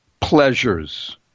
pleasures